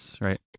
right